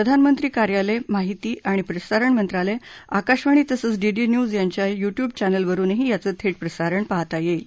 प्रधानमंत्री कार्यालय माहिती आणि प्रसारण मंत्रालय आकाशवाणी तसंच डीडी न्यूज यांच्या यूट्यूब चॅनेलवरुनही याचं थेट प्रसारण पाहता येईल